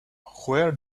where